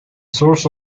source